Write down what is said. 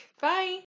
Bye